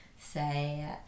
say